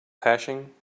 hashing